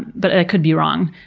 but i could be wrong.